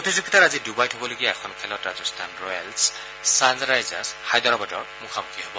প্ৰতিযোগিতাৰ আজি ডুবাইত হ বলগীয়া এখন খেলত ৰাজস্থান ৰয়েলছ চানৰাইজাৰ্চ হাইদৰাবাদৰ মুখামুখী হ ব